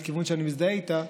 שאני מזדהה איתה,